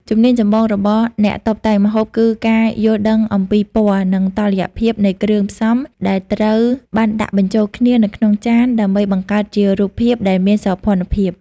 ជំនាញចម្បងរបស់អ្នកតុបតែងម្ហូបគឺការយល់ដឹងអំពីពណ៌ និងតុល្យភាពនៃគ្រឿងផ្សំដែលត្រូវបានដាក់បញ្ជូលគ្នានៅក្នុងចាន ដើម្បីបង្កើតជារូបភាពដែលមានសោភ័ណភាព។